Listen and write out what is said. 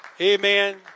Amen